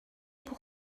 pour